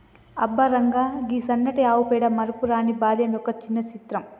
అబ్బ రంగా, గీ సన్నటి ఆవు పేడ మరపురాని బాల్యం యొక్క సిన్న చిత్రం